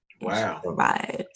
Wow